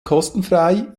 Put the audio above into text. kostenfrei